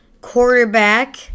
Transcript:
quarterback